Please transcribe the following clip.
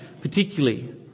particularly